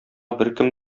беркем